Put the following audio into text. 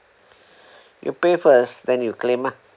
you pay first then you claim ah